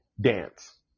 dance